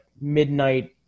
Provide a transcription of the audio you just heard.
midnight